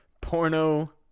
porno